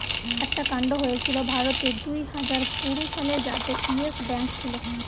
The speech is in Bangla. একটা কান্ড হয়েছিল ভারতে দুইহাজার কুড়ি সালে যাতে ইয়েস ব্যাঙ্ক ছিল